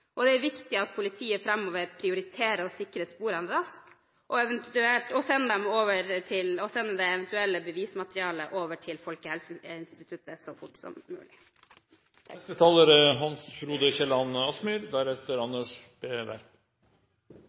kvalitet. Det er viktig at politiet framover prioriterer å sikre sporene raskt og sende det eventuelle bevismaterialet over til Folkehelseinstituttet så fort som mulig. Når man kommer så langt ut i debatten, er